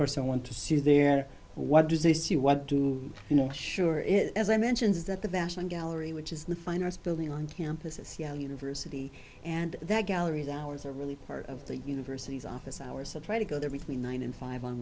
person want to see you there what does this you what do you know sure is as i mentioned is that the vashon gallery which is the fine arts building on campuses university and that galleries hours are really part of the university's office hours of try to go there between nine and five on